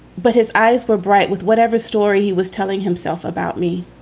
but his eyes were bright with whatever story he was telling himself about me.